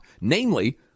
Namely